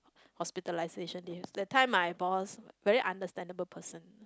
hospitalization yes that time my boss very understandable person